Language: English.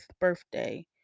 birthday